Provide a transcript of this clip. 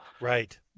Right